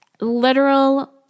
literal